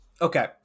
Okay